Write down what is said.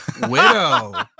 widow